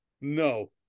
no